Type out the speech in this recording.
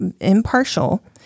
impartial